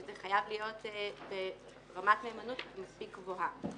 שזה חייב להיות ברמת מהימנות מספיק גבוהה.